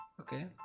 Okay